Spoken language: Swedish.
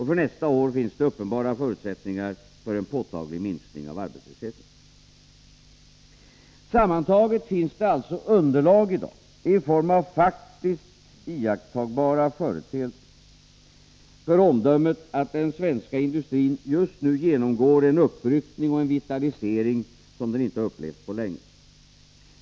För nästa år finns det uppenbara förutsättningar för en påtaglig minskning av arbetslösheten. Sammantaget finns det alltså i dag underlag — i form av faktiskt iakttagbara företeelser — för omdömet att den svenska industrin just nu genomgår en uppryckning och en vitalisering som den inte upplevt på länge.